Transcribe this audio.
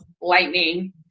lightning